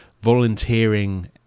volunteering